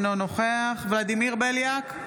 אינו נוכח ולדימיר בליאק,